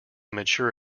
mature